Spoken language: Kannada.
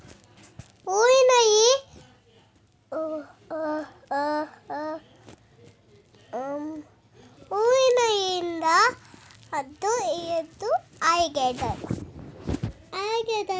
ಹವಾಮಾನ ಬದಲಾವಣೆ ಹಸಿವು ಜೀವವೈವಿಧ್ಯ ನಷ್ಟ ಮತ್ತು ಅರಣ್ಯನಾಶ ಸವಾಲು ಎದುರಿಸಲು ಆಹಾರ ವ್ಯವಸ್ಥೆಗೆ ಪರಿವರ್ತನೆ ನಿರ್ಣಾಯಕವಾಗಿದೆ